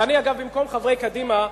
ואני גם במקום חברי קדימה,